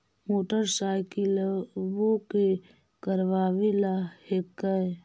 मोटरसाइकिलवो के करावे ल हेकै?